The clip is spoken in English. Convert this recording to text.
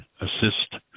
assist